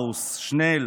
raus, schnell.